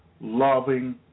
loving